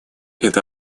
это